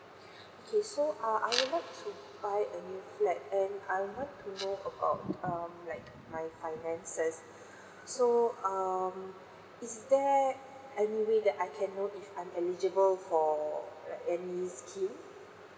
okay so err I would like to buy a new flat and I want to know about um like my finances so um is there any way that I can know if I'm eligible for like any scheme